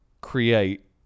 create